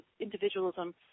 individualism